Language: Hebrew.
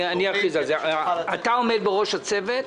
אתה עומד בראש הצוות.